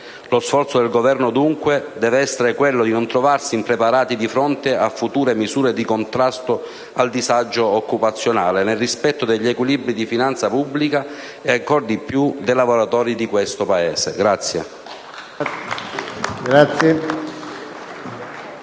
Lo sforzo del Governo, dunque, deve essere quello di non trovarsi impreparati di fronte a future misure di contrasto al disagio occupazionale, nel rispetto degli equilibri di finanza pubblica e ancora di più dei lavoratori di questo Paese. *(Applausi